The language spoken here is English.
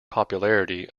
popularity